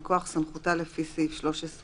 מכוח סמכותה לפי סעיף 13(ב),